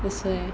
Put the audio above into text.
that's why